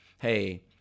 hey